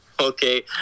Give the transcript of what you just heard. okay